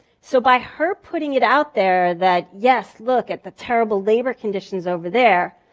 so by her putting it out there that yes, look at the terrible labor conditions over there,